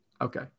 Okay